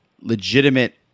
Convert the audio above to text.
legitimate